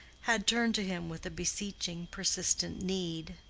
had turned to him with a beseeching persistent need.